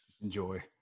Enjoy